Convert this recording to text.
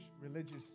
religious